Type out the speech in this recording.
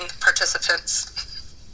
participants